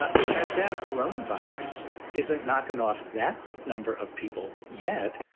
ah it turns out corona virus isn't knocking off that number of people yet,